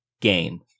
game